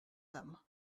them